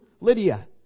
Lydia